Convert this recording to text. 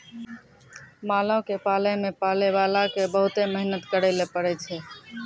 मालो क पालै मे पालैबाला क बहुते मेहनत करैले पड़ै छै